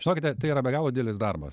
žinokite tai yra be galo didelis darbas